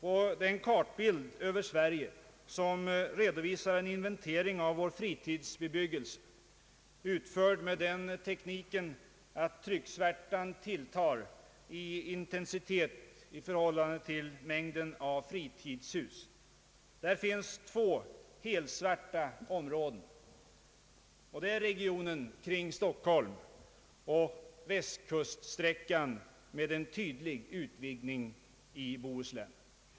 På den kartbild över Sverige som redovisar en inventering av vår fritidsbebyggelse — utförd så att trycksvärtan tilltar i intensitet med ökad mängd fritidshus — finns två helsvarta områden; det är regionen kring Stockholm och västkuststräckan med en tydlig utvidgning i Bohuslän.